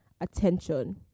attention